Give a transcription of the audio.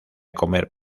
comer